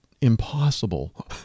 impossible